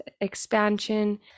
expansion